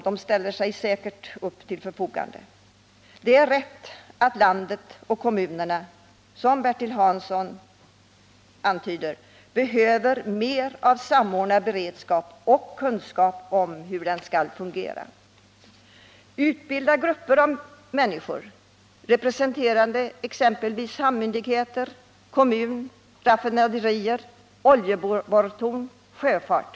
Man ställer sig säkert till förfogande. é Det är riktigt att landet och även kommunerna, som Bertil Hansson antyder, behöver mer av samordnad beredskap och av kunskaper om hur denna beredskap skall fungera. Grupper av människor bör utbildas som har anknytning till exempelvis hamnmyndigheter, kommuner, raffinaderier, oljeborrtorn och sjöfart.